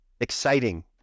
exciting